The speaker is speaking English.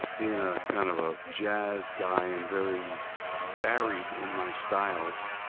being a kind of a jazz guy and very varied in my styles,